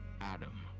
Adam